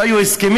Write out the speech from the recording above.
לא היו הסכמים?